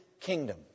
kingdom